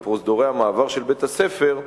מה שאני יכול לומר הוא שבאותו בית-ספר,